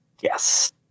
Yes